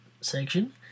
section